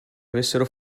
avessero